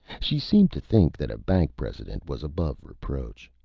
she seemed to think that a bank president was above reproach.